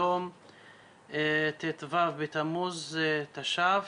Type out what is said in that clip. היום ט"ז בתמוז תש"ף,